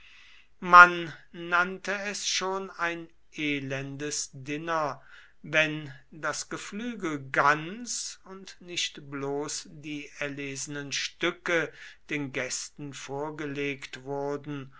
man nannte es schon ein elendes diner wenn das geflügel ganz und nicht bloß die erlesenen stücke den gästen vorgelegt wurden